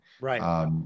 right